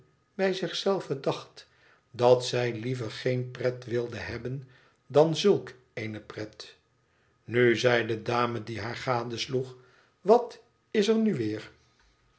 bij zich zelve dacht dat zij liever geen pret wilde hebben dan zulk eene pret tnu zei de dame die haar gadesloeg wat is er nu weer